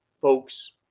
folks